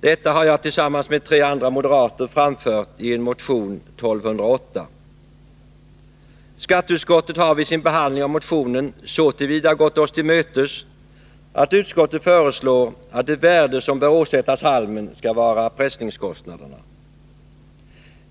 Detta krav har jag tillsammans med tre andra moderater framfört i motion 1208. Skatteutskottet har vid sin behandling av motionen så till vida gått oss till mötes att utskottet föreslår att det värde som bör åsättas halmen skall vara pressningskostnaderna.